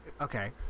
okay